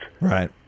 Right